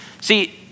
See